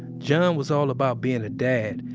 john um was all about being a dad,